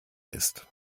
ist